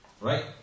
right